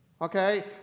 okay